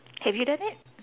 have you done it